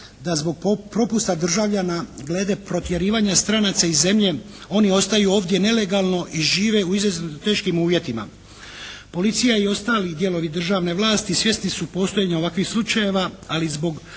da zbog propusta državljana glede protjerivanja stranaca iz zemlje oni ostaju ovdje nelegalno i žive u izrazito teškim uvjetima. Policija i ostali dijelovi državne vlasti svjesni su postojanja ovakvih slučajeva ali zbog